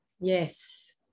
Yes